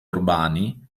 urbani